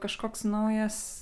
kažkoks naujas